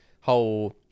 whole